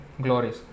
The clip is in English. glories